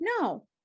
no